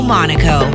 Monaco